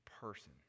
person